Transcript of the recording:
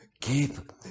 keep